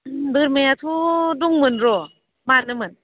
बोरमायाथ' दंमोन र' मानोमोन